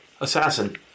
Assassin